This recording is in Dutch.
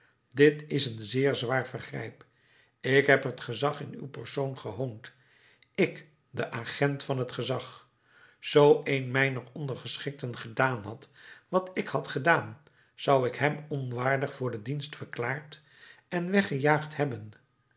dit is een zeer zwaar vergrijp ik heb het gezag in uw persoon gehoond ik de agent van het gezag zoo een mijner ondergeschikten gedaan had wat ik had gedaan zou ik hem onwaardig voor den dienst verklaard en weggejaagd hebben